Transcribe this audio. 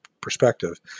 perspective